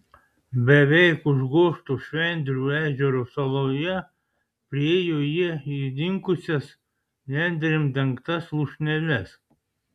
beveik užgožto švendrių ežero saloje priėjo jie įlinkusias nendrėm dengtas lūšneles